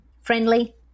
Friendly